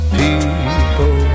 people